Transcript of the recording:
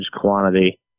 quantity